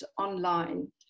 online